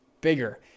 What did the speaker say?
bigger